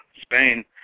Spain